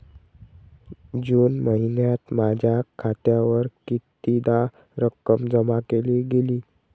जून महिन्यात माझ्या खात्यावर कितीदा रक्कम जमा केली गेली?